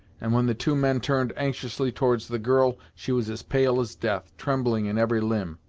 and when the two men turned anxiously towards the girl she was as pale as death, trembling in every limb.